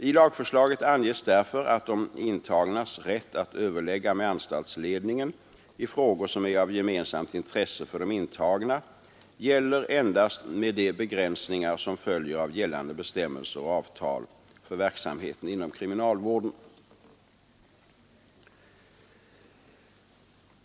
I lagförslaget anges därför att de intagnas rätt att överlägga med anstaltsledningen i frågor som är av gemensamt intresse för de intagna gäller endast med de begränsningar som följer av gällande bestämmelser och avtal för verksamheten inom kriminalvården.